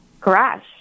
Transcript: garage